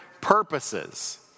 purposes